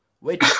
wait